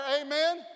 amen